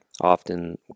often